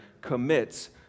commits